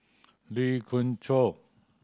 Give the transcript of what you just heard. Lee Khoon Choy